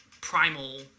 primal